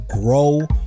grow